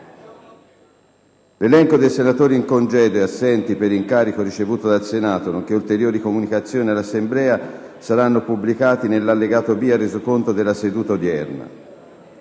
L'elenco dei senatori in congedo e assenti per incarico ricevuto dal Senato, nonché ulteriori comunicazioni all'Assemblea saranno pubblicati nell'allegato B al Resoconto della seduta odierna.